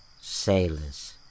Sailors